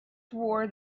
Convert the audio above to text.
swore